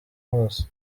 hose